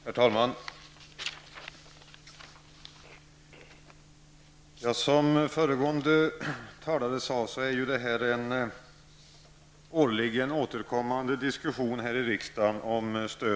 Herr talman! Som föregående talare sade är stödet till samlingslokalerna en årligen återkommande diskussion här i riksdagen.